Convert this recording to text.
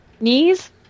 knees